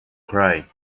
cry